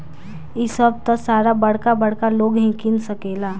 इ सभ त सारा बरका बरका लोग ही किन सकेलन